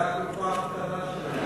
זה הקופה הקטנה שלהם.